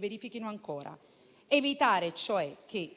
verifichino ancora. Evitare, cioè, che